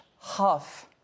half